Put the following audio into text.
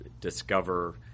discover